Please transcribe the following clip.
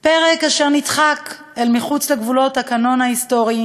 פרק אשר נדחק אל מחוץ לגבולות הקנון ההיסטורי